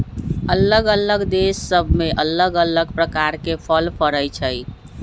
अल्लग अल्लग देश सभ में अल्लग अल्लग प्रकार के फल फरइ छइ